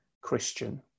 Christian